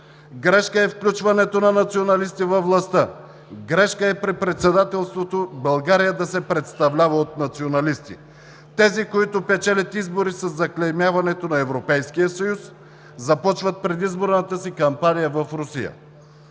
Грешка е включването на националисти във властта, грешка е при Председателството България да се представлява от националисти – тези, които печелят избори със заклеймяването на Европейския съюз и започват предизборната си кампания в Русия.